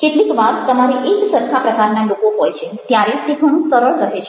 કેટલીક વાર તમારે એક સરખા પ્રકારના લોકો હોય છે ત્યારે તે ઘણું સરળ રહે છે